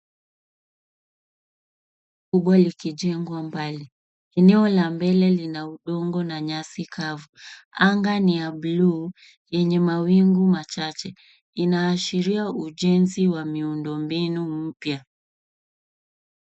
kubwa ikijengwa mbali. Eneo la mbele lina udongo na nyasi kavu. Anga ni ya bluu yenye mawingu machache. Inaashiria ujenzi wa miundombinu mpya.